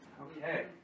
Okay